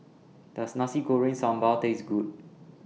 Does Nasi Goreng Sambal Taste Good